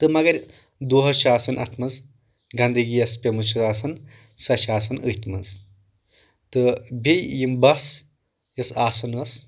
تہٕ مگر دۄہس چھِ آسان اتھ منٛز گندگی یۄس پیمٕژ چھِ آسان سۄ چھِ آسان أتھۍ منٛز تہٕ بیٚیہِ یِم بس یۄس آسان ٲسۍ